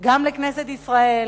גם לכנסת ישראל